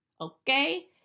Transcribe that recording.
Okay